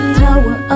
power